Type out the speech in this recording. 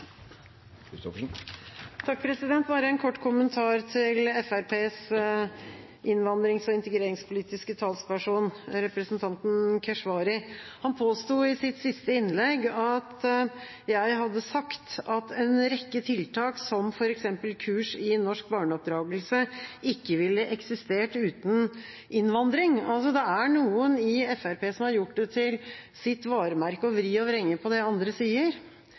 Bare en kort kommentar til Fremskrittspartiets innvandrings- og integreringspolitiske talsperson, representanten Keshvari. Han påsto i sitt siste innlegg at jeg hadde sagt at en rekke tiltak som f.eks. kurs i norsk barneoppdragelse ikke ville eksistert uten innvandring. Det er noen i Fremskrittspartiet som har gjort det til sitt varemerke å vri og vrenge